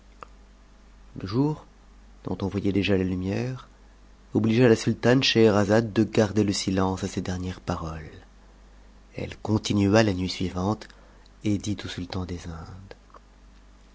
le jour dont on voyait déjà la lumière obligea la sultane scheherazade de garder le silence à ces dernières paroles elle continua la nuit suivante et dit au sultan des indes